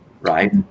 right